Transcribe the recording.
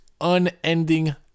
unending